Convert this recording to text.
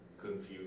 confused